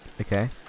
Okay